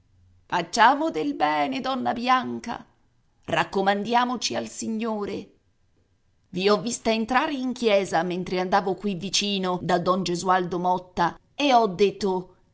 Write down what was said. facciamo del bene donna bianca raccomandiamoci al ignore i ho vista entrare in chiesa mentre andavo qui vicino da don gesualdo motta e ho detto